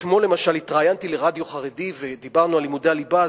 אתמול למשל התראיינתי לרדיו חרדי ודיברנו על לימודי הליבה,